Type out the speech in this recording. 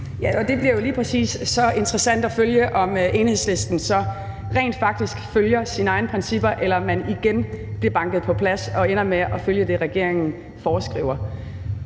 det bliver jo lige præcis interessant at følge, om Enhedslisten så rent faktisk følger sine egne principper, eller om man igen bliver banket på plads og ender med at følge det, som regeringen foreskriver.